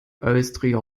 austria